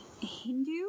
hindu